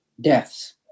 deaths